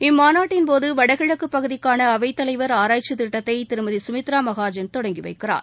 இம்மாநாட்டின் போது வடகிழக்கு பகுதிக்கான அவை தலைவர் ஆராய்ச்சி முன்னோட்டத்தை திருமதி சுமித்ரா மகாஜன் தொடங்கி வைக்கிறார்